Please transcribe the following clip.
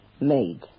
made